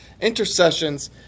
intercessions